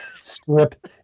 strip